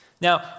Now